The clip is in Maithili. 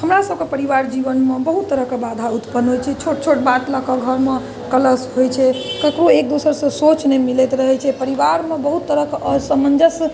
हमरासभके परिवार जीवनमे बहुत तरहके बाधा उत्पन्न होइ छै छोट छोट बात लऽ कऽ घरमे कलश होइ छै ककरो एक दोसरसँ सोच नहि मिलैत रहै छै परिवारमे बहुत तरहके असमंजस